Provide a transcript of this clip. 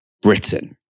Britain